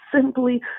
simply